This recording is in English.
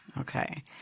Okay